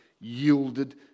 yielded